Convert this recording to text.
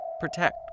Protect